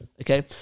Okay